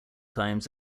times